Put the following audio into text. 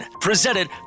Presented